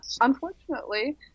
unfortunately